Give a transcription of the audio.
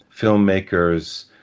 filmmakers